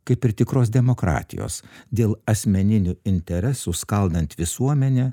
kaip ir tikros demokratijos dėl asmeninių interesų skaldant visuomenę